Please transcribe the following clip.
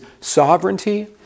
sovereignty